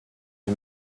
est